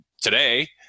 today